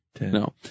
No